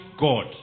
God